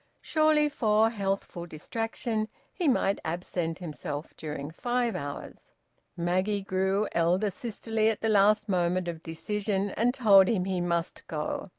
surely for healthful distraction he might absent himself during five hours maggie grew elder-sisterly at the last moment of decision, and told him he must go,